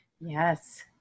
Yes